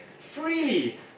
freely